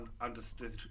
understood